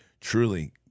truly